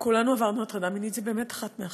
כולנו עברנו הטרדה מינית, זה באמת אחת מאחת,